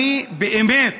אני באמת